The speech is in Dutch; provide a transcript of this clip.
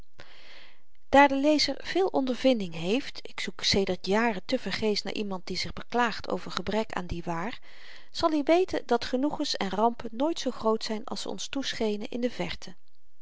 daar de lezer veel ondervinding heeft ik zoek sedert jaren te vergeefs naar iemand die zich beklaagt over gebrek aan die waar zal i weten dat genoegens en rampen nooit zoo groot zyn als ze ons toeschenen in de verte